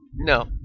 No